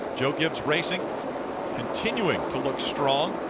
joe gibbs racing continuing to look strong